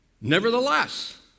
Nevertheless